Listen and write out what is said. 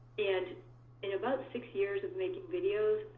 and in about six years of making videos,